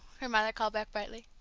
her mother called back brightly.